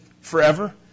forever